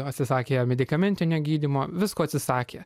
atsisakė medikamentinio gydymo visko atsisakė